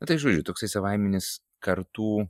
nu tai žodžiu toksai savaiminis kartų